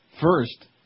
first